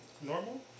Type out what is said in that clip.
normal